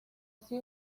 así